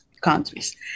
countries